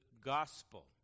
gospel